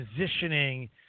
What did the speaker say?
positioning